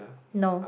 no